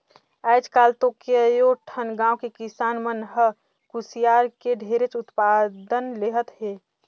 आयज काल तो कयो ठन गाँव के किसान मन ह कुसियार के ढेरेच उत्पादन लेहत हे